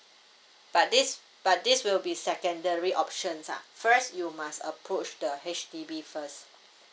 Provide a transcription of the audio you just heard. but this but this will be secondary options ah first you must approach the H_D_B first